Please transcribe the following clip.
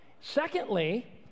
Secondly